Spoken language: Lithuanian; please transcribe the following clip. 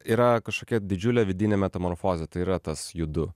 yra kažkokia didžiulė vidinė metamorfozė tai yra tas judu